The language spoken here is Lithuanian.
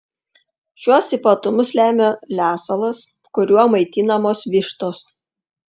šiuos ypatumus lemia lesalas kuriuo maitinamos vištos